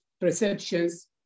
perceptions